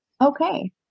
Okay